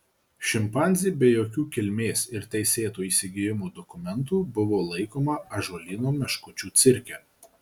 šimpanzė be jokių kilmės ir teisėto įsigijimo dokumentų buvo laikoma ąžuolyno meškučių cirke